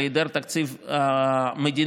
של היעדר תקציב מדינה,